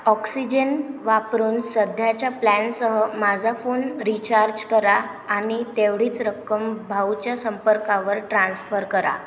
oxygen वापरून सध्याच्या प्लॅनसह माझा फोन रिचार्ज करा आणि तेवढीच रक्कम भाऊच्या संपर्कावर ट्रान्स्फर करा